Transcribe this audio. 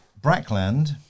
brackland